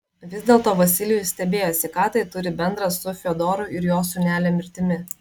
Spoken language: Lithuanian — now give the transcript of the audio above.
vis dėlto vasilijus stebėjosi ką tai turi bendra su fiodoru ir jo sūnelio mirtimi